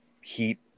heat